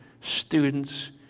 students